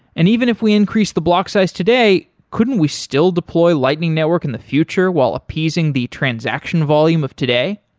and even if we increase the block size today, couldn't we still deploy lightning network in the future while appeasing the transaction volume of today?